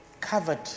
covered